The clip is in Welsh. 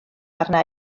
arna